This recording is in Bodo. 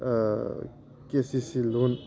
के सि सि ल'न